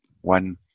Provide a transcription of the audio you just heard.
one